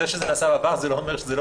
זה שזה